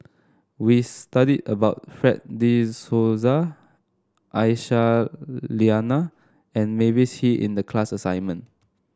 we studied about Fred De Souza Aisyah Lyana and Mavis Hee in the class assignment